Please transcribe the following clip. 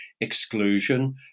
exclusion